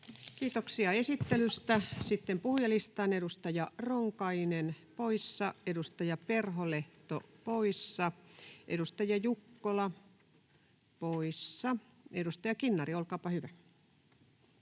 Kiitoksia esittelystä. — Sitten puhujalistaan. — Edustaja Ronkainen poissa, edustaja Perholehto poissa, edustaja Jukkola poissa. — Edustaja Kinnari, olkaapa hyvä.